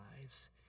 lives